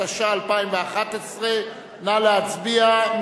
התשע"א 2011. נא להצביע,